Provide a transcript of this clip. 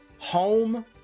home